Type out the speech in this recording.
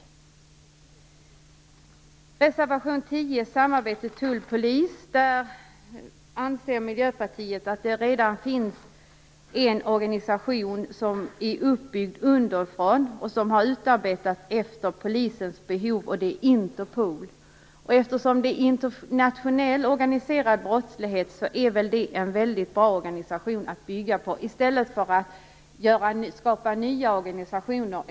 I reservation 10 om samarbetet mellan tull och polis anser Miljöpartiet att det redan finns en organisation som är uppbyggd underifrån, och som har utarbetats efter polisens behov - nämligen Interpol. Eftersom det gäller internationellt organiserad brottslighet är väl det en väldigt bra organisation att bygga på, i stället för att ovanifrån skapa nya organisationer.